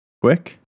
quick